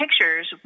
pictures